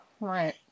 right